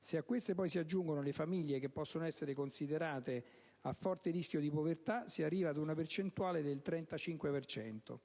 Se a queste si aggiungono le famiglie che possono essere considerate a forte rischio di povertà, si arriva ad una percentuale del 35 per cento.